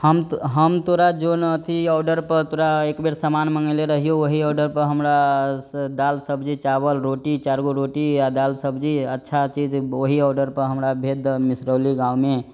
हम हम तोरा जोन अथी आर्डरपर तोरा एकबेर सामान मँगेले रहियौ ओहि आर्डरपर हमरा दालि सब्जी चावल रोटी चारगो रोटी आओर दालि सब्जी अच्छा चीज ओही आर्डरपर हमरा भेज दअ मिसरौली गाँवमे